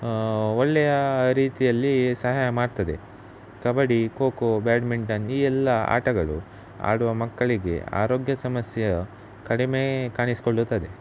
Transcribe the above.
ಒಳ್ಳೆಯ ರೀತಿಯಲ್ಲಿ ಸಹಾಯ ಮಾಡ್ತದೆ ಕಬಡ್ಡಿ ಖೋಖೋ ಬ್ಯಾಡ್ಮಿಂಟನ್ ಈ ಎಲ್ಲ ಆಟಗಳು ಆಡುವ ಮಕ್ಕಳಿಗೆ ಆರೋಗ್ಯ ಸಮಸ್ಯೆಯು ಕಡಿಮೆ ಕಾಣಿಸ್ಕೊಳ್ಳುತ್ತದೆ